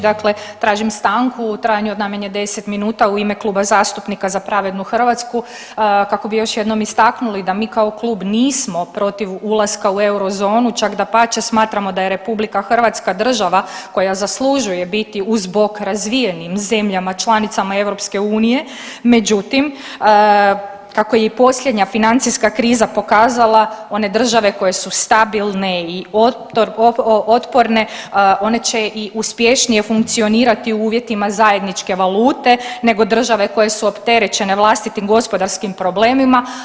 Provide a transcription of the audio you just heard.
Dakle, tržim stanku u trajanju od najmanje 10 minuta u ime Kluba zastupnika Za pravednu Hrvatsku kako bi još jednom istaknuli da mi kao klub nismo protiv ulaska u eurozonu čak dapače smatramo da je RH država koja zaslužuje biti uz bok razvijenim zemljama članicama EU, međutim kako je i posljednja financijska kriza pokazala one države koje su stabilne i otporne one će i uspješnije funkcionirati u uvjetima zajedničke valute nego države koje su opterećene vlastitim gospodarskim problemima.